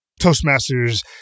Toastmasters